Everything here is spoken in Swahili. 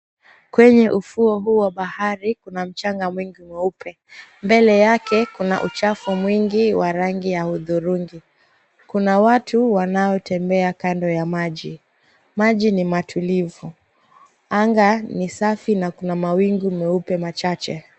Kwenye ufuo huu wa bahari kuna mchanga mwingi mweupe. Mbele yake kuna uchafu mwingi wa rangi ya udhurungi. Kuna watu wanaotembea kando ya maji. Maji ni matulivu. Anga ni safi na kuna mawingu meupe machache.